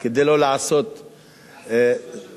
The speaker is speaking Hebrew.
כדי לא לעשות תעמולה,